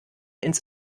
ins